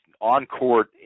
on-court